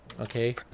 Okay